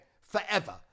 Forever